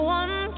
one